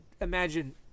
imagine –